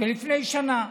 לפני שנה: